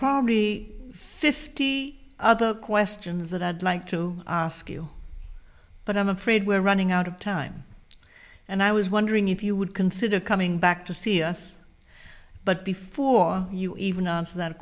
probably fifty other questions that i'd like to ask you but i'm afraid we're running out of time and i was wondering if you would consider coming back to see us but before you even answer that